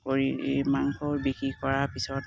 কৰি মাংস বিক্ৰী কৰাৰ পিছত